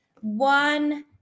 one